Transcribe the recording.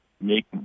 make